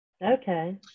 okay